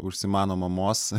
užsimano mamos